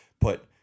put